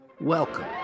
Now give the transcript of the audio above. Welcome